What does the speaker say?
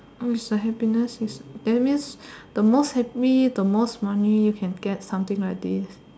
mm is a happiness is that means the most happy the most money you can get something like this